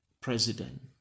president